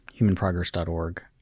humanprogress.org